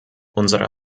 unsere